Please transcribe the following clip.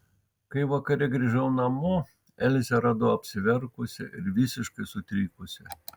kai vakare grįžau namo elzę radau apsiverkusią ir visiškai sutrikusią